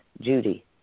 Judy